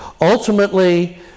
Ultimately